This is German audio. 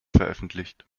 veröffentlicht